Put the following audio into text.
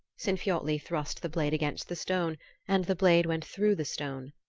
sinfiotli thrust the blade against the stone and the blade went through the stone.